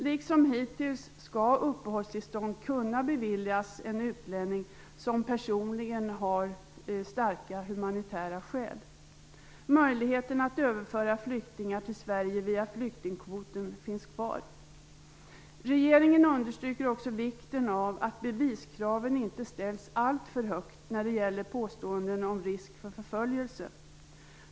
Liksom hittills skall uppehållstillstånd kunna beviljas en utlänning som personligen har starka humanitära skäl. Möjligheten att överföra flyktingar till Sverige via flyktingkvoten finns kvar. Regeringen understryker också vikten av att beviskraven inte ställs alltför högt när det gäller påståenden om risk för förföljelse.